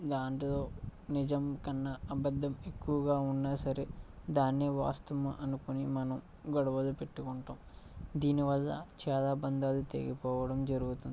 దాంట్లో నిజం కన్నా అబద్ధం ఎక్కువగా ఉన్నా సరే దాన్నే వాస్తవం అనుకొని మనం గొడవలు పెట్టుకుంటాము దీనివల్ల చాలా బంధాలు తెగిపోవడం జరుగుతుంది